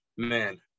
man